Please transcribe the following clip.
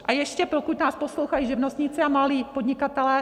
A ještě, pokud nás poslouchají živnostníci a malí podnikatelé.